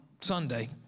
Sunday